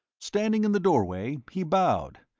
standing in the doorway he bowed,